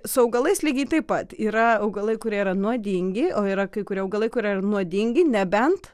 su augalais lygiai taip pat yra augalai kurie yra nuodingi o yra kai kurie augalai kurie jie nuodingi nebent